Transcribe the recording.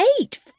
Eight